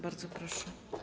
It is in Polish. Bardzo proszę.